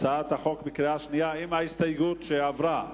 הצעת החוק בקריאה שנייה, עם ההסתייגות שעברה.